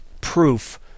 proof